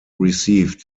received